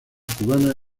cubana